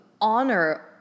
honor